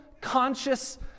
conscious